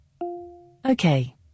Okay